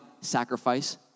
sacrifice